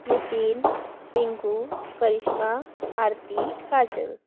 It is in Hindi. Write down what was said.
नितिन टिंकू करिश्मा आरती काजल